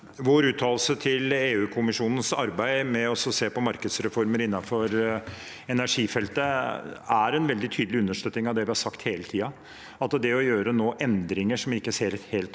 Vår uttalelse til EU-kommisjonens arbeid med å se på markedsreformer innenfor energifeltet er en veldig tydelig understøtting av det vi har sagt hele tiden, at det å gjøre end ringer nå som vi ikke helt